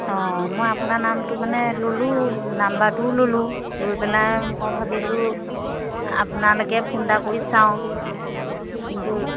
অঁ মই আপোনাৰ নামটো মানে ল'লোঁ নাম্বাৰটোও ল'লোঁ লৈ পেলাই মই ভাবিলোঁ আপোনালৈকে ফোন এটা কৰি চাওঁ কিন্তু